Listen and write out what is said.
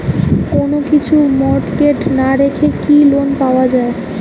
কোন কিছু মর্টগেজ না রেখে কি লোন পাওয়া য়ায়?